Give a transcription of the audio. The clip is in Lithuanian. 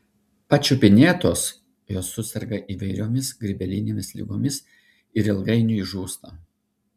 pačiupinėtos jos suserga įvairiomis grybelinėmis ligomis ir ilgainiui žūsta